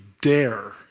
dare